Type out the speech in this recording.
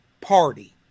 Party